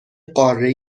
قاره